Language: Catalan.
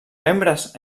membres